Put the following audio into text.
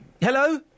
Hello